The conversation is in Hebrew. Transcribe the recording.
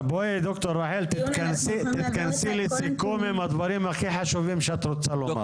ד"ר יעל תתכנסי לסיכום עם הדברים הכי חשובים שאת רוצה לומר.